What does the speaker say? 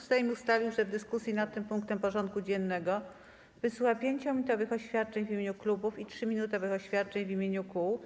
Sejm ustalił, że w dyskusji nad tym punktem porządku dziennego wysłucha 5-minutowych oświadczeń w imieniu klubów i 3-minutowych oświadczeń w imieniu kół.